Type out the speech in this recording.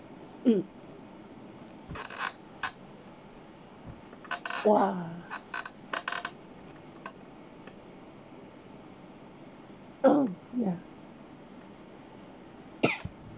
mm !wah! ya